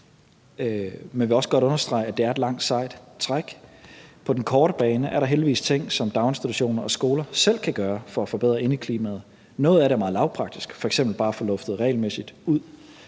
men vil også godt understrege, at det er et langt, sejt træk. På den korte bane er der heldigvis ting, som daginstitutioner og skoler selv kan gøre for at forbedre indeklimaet. Noget af det er meget lavpraktisk, f.eks. bare at få luftet regelmæssigt ud.